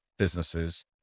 businesses